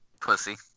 pussy